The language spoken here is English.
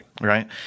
Right